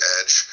Edge